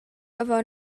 avon